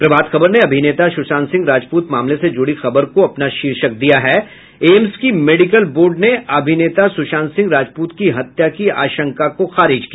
प्रभात खबर ने अभिनेता सुशांत सिंह राजपूत मामले से जुड़ी खबर को अपना शीर्षक दिया है एम्स की मेडिकल बोर्ड ने अभिनेता सुशांत सिंह राजपूत की हत्या की आशंका को खारिज किया